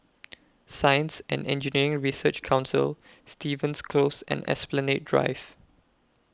Science and Engineering Research Council Stevens Close and Esplanade Drive